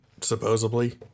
supposedly